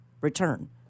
return